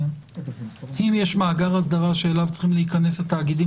אם יש מאגר אסדרה שאליו צריכים להיכנס התאגידים